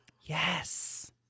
Yes